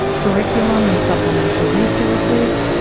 curriculum, and supplemental resources,